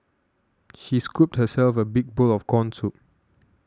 she scooped herself a big bowl of Corn Soup